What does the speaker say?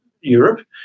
Europe